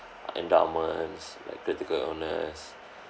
endowments like critical illness